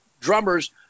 drummers